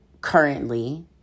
currently